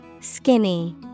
Skinny